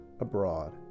abroad